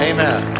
Amen